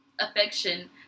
affection